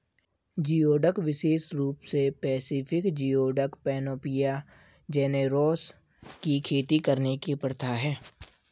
geoduck विशेष रूप से पैसिफिक जियोडक, पैनोपिया जेनेरोसा की खेती करने की प्रथा है